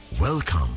Welcome